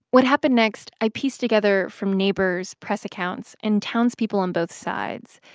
what happened next i pieced together from neighbors, press accounts and townspeople on both sides.